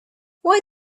why